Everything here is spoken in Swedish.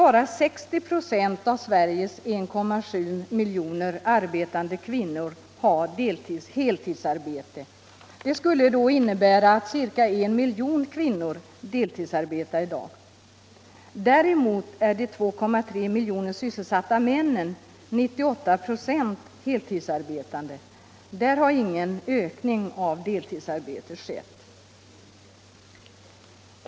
Bara 60 2 av Sveriges 1,7 miljoner arbetande kvinnor har heltidsarbete. Det skulle innebära att ca I miljon kvinnor deltidsarbetar i dag. Däremot är av de 2,3 miljoner sysselsatta männen 98 "Zz heltidsarbetande. Där har ingen ökning av deltidsarbetet skett.